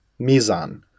Mizan